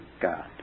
God